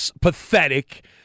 pathetic